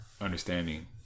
understanding